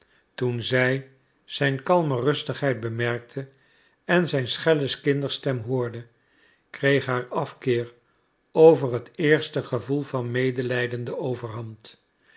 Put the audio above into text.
toen zij zijn kalme rustigheid bemerkte en zijn schelle kinderstem hoorde kreeg haar afkeer over het eerste gevoel van medelijden de overhand